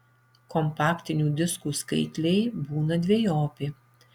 kompaktinių diskų skaitliai būna dvejopi